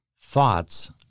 Thoughts